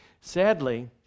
Sadly